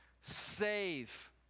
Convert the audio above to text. save